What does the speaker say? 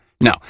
No